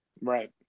right